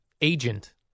agent